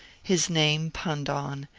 his name punned on,